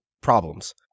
problems